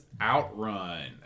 OutRun